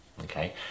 okay